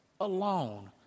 alone